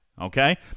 okay